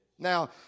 Now